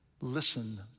Listen